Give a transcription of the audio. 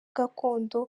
gakondo